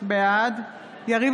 בעד יריב